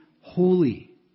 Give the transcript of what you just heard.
holy